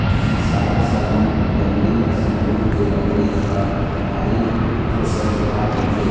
साल, सागौन, बमरी असन रूख के लकड़ी ह भारी ठोसलगहा होथे